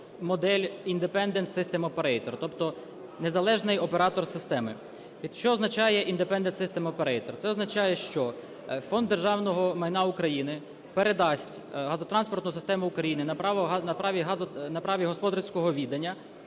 модель Independent System Operator, тобто незалежний оператор системи. Що означає Independent System Operator? Це означає, що Фонд державного майна України передасть газотранспортну систему України на праві господарського відання